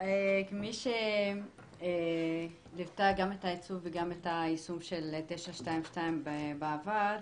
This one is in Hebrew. כמי שליוותה גם את העיצוב וגם היישום של 922 בעבר,